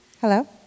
Hello